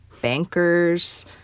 bankers